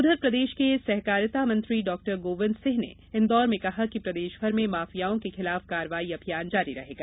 उधर प्रदेश के सहकारिता मंत्री डॉ गोविन्द सिंह ने इंदौर में कहा है कि प्रदेश भर में माफियाओं के खिलाफ कार्रवाई अभियान जारी रहेगा